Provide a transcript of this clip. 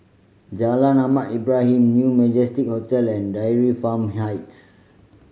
Jalan Ahmad Ibrahim New Majestic Hotel and Dairy Farm Heights